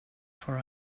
for